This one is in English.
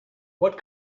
what